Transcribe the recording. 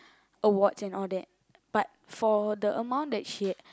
awards and all that but for the amount that she had